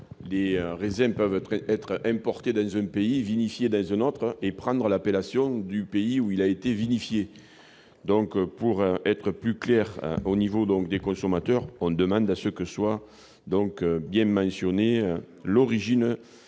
les raisins peuvent être importés dans un pays, vinifiés dans un autre et prendre l'appellation du pays où ils ont été vinifiés. Afin que ce soit plus clair pour les consommateurs, nous demandons que soit bien mentionnée l'origine